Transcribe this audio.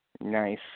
Nice